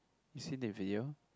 you seen the video